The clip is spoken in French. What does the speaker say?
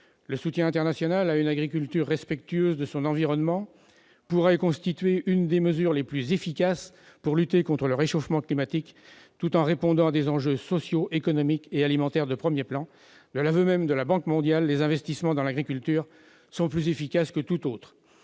Le soutien international à une agriculture respectueuse de son environnement pourrait constituer l'une des mesures les plus efficaces pour lutter contre le réchauffement climatique, tout en répondant à des enjeux sociaux, économiques et alimentaires de premier plan. De l'aveu même de la Banque mondiale, les investissements dans l'agriculture sont plus efficaces que tout autre.